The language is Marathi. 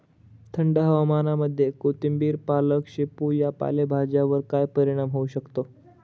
थंड हवामानामध्ये कोथिंबिर, पालक, शेपू या पालेभाज्यांवर काय परिणाम होऊ शकतो?